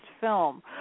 film